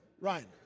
Ryan